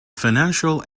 financial